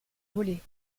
voler